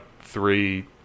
three